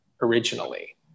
originally